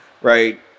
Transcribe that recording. right